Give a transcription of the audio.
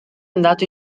andato